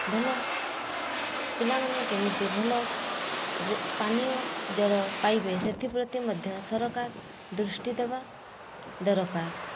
ଭଲ ପିଲାମାନେ କେମିତି ଭଲ ଜ ପାନୀୟ ଜଳ ପାଇବେ ସେଥିପ୍ରତି ମଧ୍ୟ ସରକାର ଦୃଷ୍ଟି ଦେବା ଦରକାର